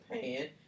pan